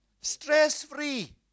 Stress-free